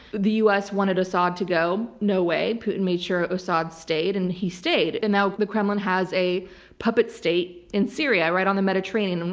the u. s. wanted assad to go. no way. putin made sure assad stayed, and he stayed. and now the kremlin has a puppet state in syria right on the mediterranean, and